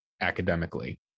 academically